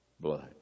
blood